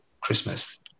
Christmas